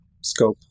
Scope